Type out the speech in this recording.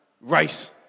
race